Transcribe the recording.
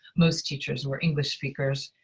most teachers were english speakers.